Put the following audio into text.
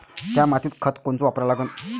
थ्या मातीत खतं कोनचे वापरा लागन?